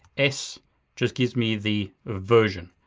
s just give me the version.